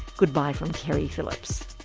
goodbye, from keri phillips